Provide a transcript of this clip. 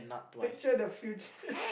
picture the future